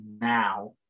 now